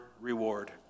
reward